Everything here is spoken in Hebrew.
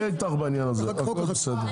אני אהיה איתך בעניין הזה, הכל בסדר.